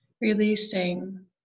releasing